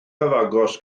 cyfagos